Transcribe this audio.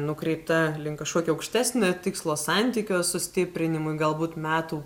nukreipta link kažkokio aukštesnio tikslo santykio sustiprinimui galbūt metų